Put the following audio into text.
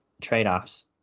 trade-offs